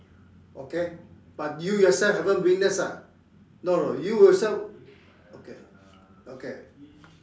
okay but you yourself haven't witnessed lah no no you yourself okay okay